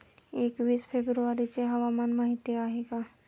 एकवीस फेब्रुवारीची हवामान माहिती आहे का?